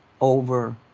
over